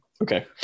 Okay